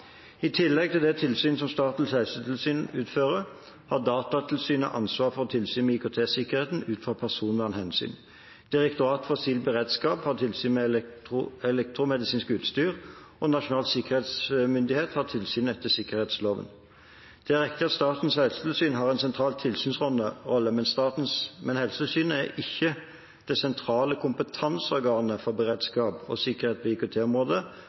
I tillegg til det tilsynet som Statens helsetilsyn utfører, har Datatilsynet ansvaret for tilsyn med IKT-sikkerheten ut fra personvernhensyn. Direktoratet for sivilt beredskap har tilsyn med elektromedisinsk utstyr, og Nasjonal sikkerhetsmyndighet har tilsyn etter sikkerhetsloven. Det er riktig at Statens helsetilsyn har en sentral tilsynsrolle, men Helsetilsynet er ikke det sentrale kompetanseorganet for beredskap og sikkerhet på